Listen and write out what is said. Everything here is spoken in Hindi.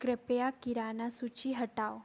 कृपया किराना सूचि हटाओ